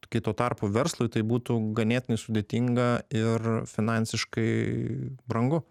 kai tuo tarpu verslui tai būtų ganėtinai sudėtinga ir finansiškai brangu